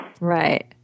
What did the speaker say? Right